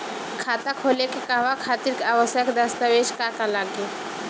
खाता खोले के कहवा खातिर आवश्यक दस्तावेज का का लगी?